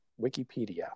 Wikipedia